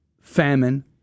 famine